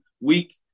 week